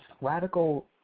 radical